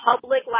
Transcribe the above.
public